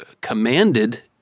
commanded